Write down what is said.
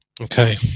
Okay